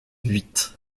huit